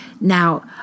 Now